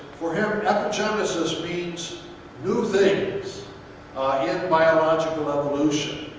for him, epigenesis means new things in biological evolution.